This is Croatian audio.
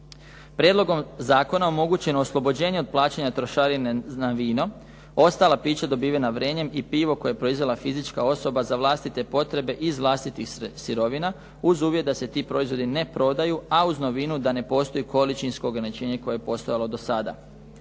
Prijedlogom zakona omogućeno je oslobođenje od plaćanja trošarine na vino, ostala pića dobivena vrenjem i pivo koje je proizvela fizička osoba za vlastite potrebe iz vlastitih sirovina, uz uvjet da se ti proizvodi ne prodaju, a uz novinu da ne postoji količinsko ograničenje koje je postojalo do sada.